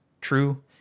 true